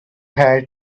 had